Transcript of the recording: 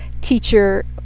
teacher